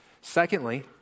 Secondly